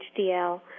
HDL